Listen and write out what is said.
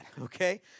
okay